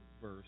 verse